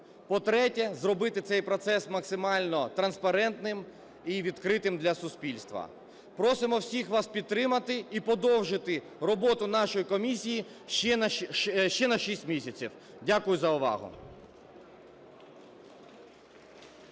по-третє, зробити цей процес максимально транспарентним і відкритим для суспільства. Просимо всіх вас підтримати і подовжити роботу нашої комісії ще на 6 місяців. Дякую за увагу.